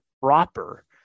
proper